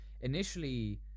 initially